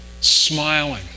smiling